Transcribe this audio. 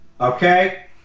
Okay